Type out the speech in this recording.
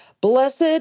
Blessed